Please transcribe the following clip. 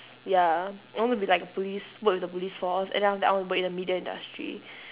ya I want to be like a police work in the police force and then after that I want to work in the media industry